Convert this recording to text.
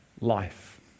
Life